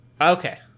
Okay